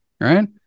Right